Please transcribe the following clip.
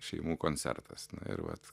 šeimų koncertas ir vat